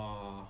orh